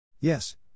Yes